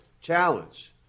challenge